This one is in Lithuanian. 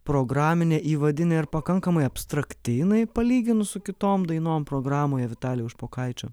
programinė įvadinė ir pakankamai abstrakti jinai palyginus su kitom dainom programoje vitalijaus špokaičio